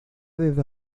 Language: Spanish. desde